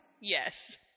Yes